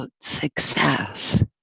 success